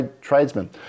tradesmen